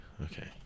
Okay